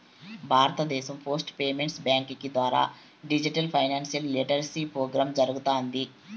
భారతదేశం post payments బ్యాంకీ ద్వారా డిజిటల్ ఫైనాన్షియల్ లిటరసీ ప్రోగ్రామ్ జరగతాంది